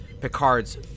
Picard's